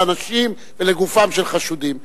של אנשים ולגופם של חשודים.